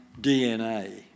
DNA